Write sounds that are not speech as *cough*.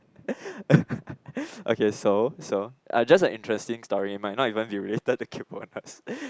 *laughs* okay so so uh just a interesting story it might not even be related to kaypohness